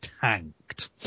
tanked